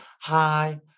Hi